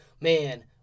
man